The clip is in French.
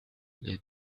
les